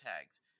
tags